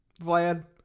Vlad